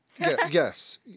yes